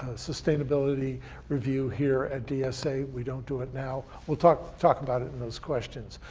sustainability review here at dsa? we don't do it now. we'll talk talk about it in those questions.